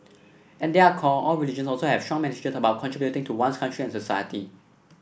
at their core all religions also have strong message about contributing to one's country and society